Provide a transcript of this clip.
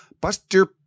Buster